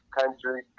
country